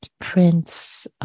prince